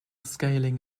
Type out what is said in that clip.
scaling